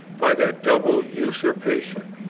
by that double usurpation,